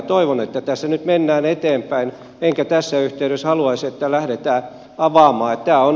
toivon että tässä nyt mennään eteenpäin enkä tässä yhteydessä haluaisi että lähdetään tätä avaamaan